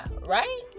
right